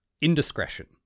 Indiscretion